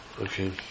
Okay